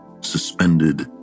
suspended